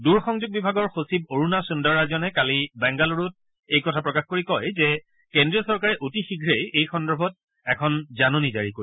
দূৰ সংযোগ বিভাগৰ সচিব অৰুণা সন্দৰাৰাজনে কালি বাংগালুৰুত এই কথা প্ৰকাশ কৰি কয় যে কেদ্ৰীয় চৰকাৰে অতি শীঘ্ৰেই এই সন্দৰ্ভত এখন জাননী জাৰি কৰিব